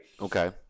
Okay